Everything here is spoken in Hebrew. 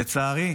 לצערי,